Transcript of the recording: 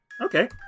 Okay